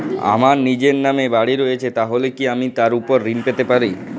আমার নিজের নামে বাড়ী রয়েছে তাহলে কি আমি তার ওপর ঋণ পেতে পারি?